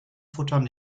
futtern